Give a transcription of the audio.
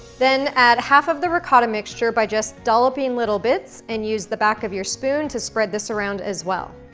then add half of the ricotta mixture by just dolloping little bits, and use the back of your spoon to spread this around as well.